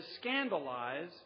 scandalize